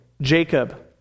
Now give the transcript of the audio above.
Jacob